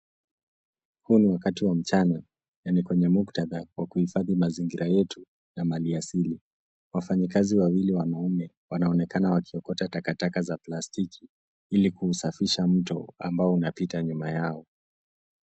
Huu ni wakati wa mchana, na ni kwenye muktadha wa kuhifadhi mazingira yetu na mali asili. Wafanyikazi wawili wanaume wanaonekana wakiokota takataka za plastiki, ili kuusafisha mto ambao unapita nyuma yao.